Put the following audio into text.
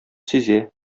сизә